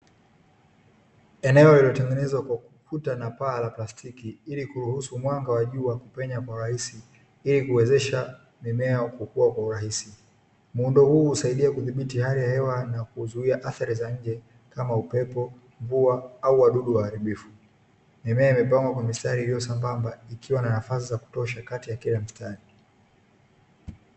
Eneo lililotengenezwa kwa ukuta na paa la plastiki ili kuruhusu mwanga wa jua kupenya kwa urahisi ili kuwezesha mimea kukua kwa urahisi. Muundo huu husaidia kudhibiti hali ya hewa na kuzuia athari za nje kama; upepo, mvua au wadudu waharibifu. Mimea imepangwa kwa mistari iliyosambamba ikiwa na nafasi za kutosha kati ya kila mstari.